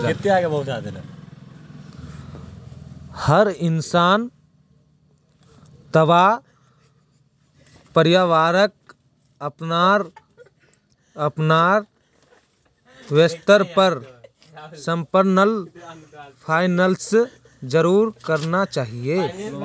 हर इंसान अथवा परिवारक अपनार अपनार स्तरेर पर पर्सनल फाइनैन्स जरूर करना चाहिए